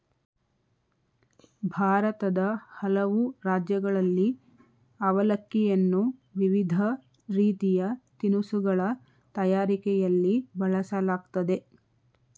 ಭಾರತದ ಹಲವು ರಾಜ್ಯಗಳಲ್ಲಿ ಅವಲಕ್ಕಿಯನ್ನು ವಿವಿಧ ರೀತಿಯ ತಿನಿಸುಗಳ ತಯಾರಿಕೆಯಲ್ಲಿ ಬಳಸಲಾಗ್ತದೆ